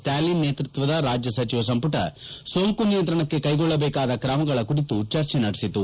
ಸ್ಟ್ರಾಲಿನ್ ನೇತೃತ್ವದ ರಾಜ್ಯ ಸಚಿವ ಸಂಪುಟ ಸೋಂಕು ನಿಯಂತ್ರಣಕ್ಕೆ ಕೈಗೊಳ್ಳಬೇಕಾದ ಕ್ರಮಗಳ ಕುರಿತು ಚರ್ಚೆ ನಡೆಸಿತು